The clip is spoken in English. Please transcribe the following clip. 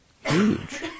Huge